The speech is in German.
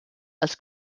als